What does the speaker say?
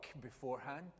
beforehand